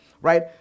right